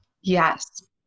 Yes